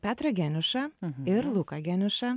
petrą geniušą ir luką geniušą